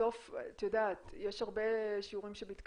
בסוף, את יודעת, יש הרבה שיעורים שמתקיימים